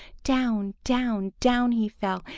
down, down, down he fell.